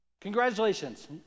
Congratulations